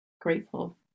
grateful